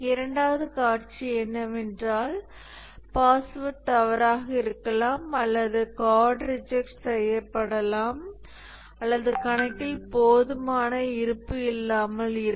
இரண்டாவது காட்சி என்னவென்றால் பாஸ்வேர்டு தவறாக இருக்கலாம் அல்லது கார்ட் ரிஜெக்ட் செய்யப்படலாம் அல்லது கணக்கில் போதுமான இருப்பு இல்லாமல் இருக்கும்